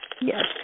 Yes